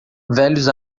velhos